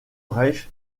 reich